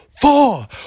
four